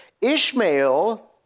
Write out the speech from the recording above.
Ishmael